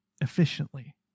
efficiently